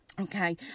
Okay